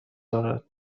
دارد